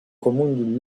commune